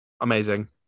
Amazing